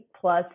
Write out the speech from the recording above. plus